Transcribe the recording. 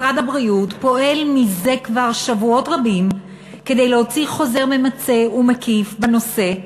משרד הבריאות פועל כבר שבועות רבים כדי להוציא חוזר ממצה ומקיף בנושא,